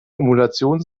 emulation